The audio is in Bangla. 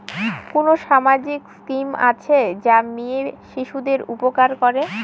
কোন সামাজিক স্কিম আছে যা মেয়ে শিশুদের উপকার করে?